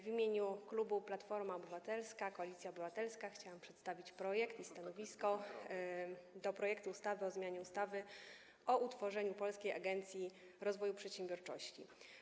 W imieniu klubu Platforma Obywatelska - Koalicja Obywatelska chciałam przedstawić stanowisko wobec projektu ustawy o zmianie ustawy o utworzeniu Polskiej Agencji Rozwoju Przedsiębiorczości.